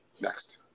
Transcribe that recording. Next